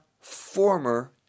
former